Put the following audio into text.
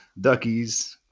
duckies